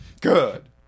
Good